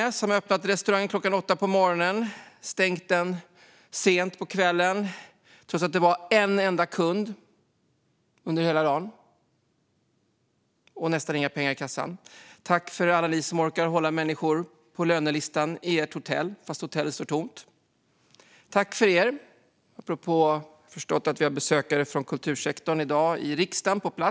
Det är de som har öppnat restaurangen klockan åtta på morgonen och stängt den sent på kvällen trots att de bara hade en enda kund under hela dagen och nästan inga pengar i kassan. Tack till alla er som orkar hålla människor kvar på lönelistan i ert hotell fast hotellet står tomt! Jag har förstått att vi har besökare från kultursektorn på plats här i riksdagen i dag.